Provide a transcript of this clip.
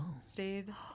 stayed